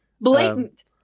Blatant